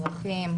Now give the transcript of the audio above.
אזרחים,